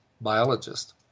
biologist